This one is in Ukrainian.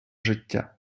життя